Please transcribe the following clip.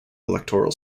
electoral